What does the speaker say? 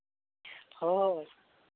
ᱦᱳᱭ